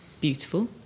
beautiful